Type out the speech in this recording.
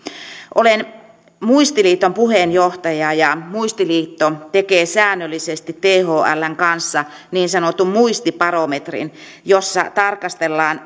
olen muistiliiton puheenjohtaja ja muistiliitto tekee säännöllisesti thln kanssa niin sanotun muistibarometrin jossa tarkastellaan